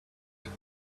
that